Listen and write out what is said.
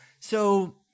So-